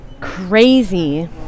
crazy